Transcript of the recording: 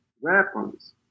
weapons